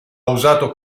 usato